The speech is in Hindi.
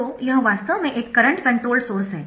तो यह वास्तव में एक करंट कंट्रोल्ड सोर्स है